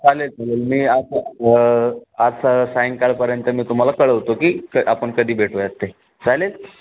चालेल चालेल मी आज आज सा सायंकाळपर्यंत मी तुम्हाला कळवतो की क आपण कधी भेटूयात ते चालेल